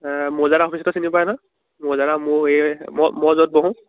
মৌজাদাৰ অফিচটোতো চিনি পোৱাই নহয় মৌজাদাৰ মোৰ এই মই মই য'ত বহোঁ